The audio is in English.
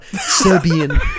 Serbian